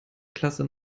klasse